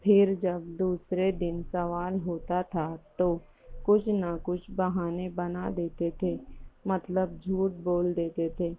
پھر جب دوسرے دن سوال ہوتا تھا تو کچھ نہ کچھ بہانے بنا دیتے تھے مطلب جھوٹ بول دیتے تھے